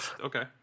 Okay